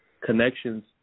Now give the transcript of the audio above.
connections